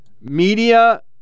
media